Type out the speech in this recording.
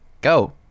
Go